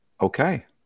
Okay